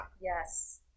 Yes